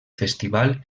festival